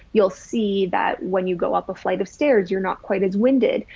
you'll see that when you go up a flight of stairs, you're not quite as winded.